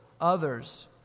others